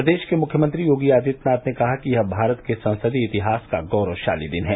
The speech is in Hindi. प्रदेश के मुख्यमंत्री योगी आदित्यनाथ ने कहा कि यह भारत के संसदीय इतिहास का गौरवशाली दिन है